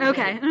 Okay